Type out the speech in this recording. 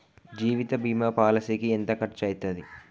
జీవిత బీమా పాలసీకి ఎంత ఖర్చయితది?